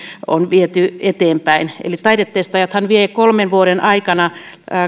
on viety eteenpäin taidetestaajathan vie kolmen vuoden aikana